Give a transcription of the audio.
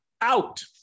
out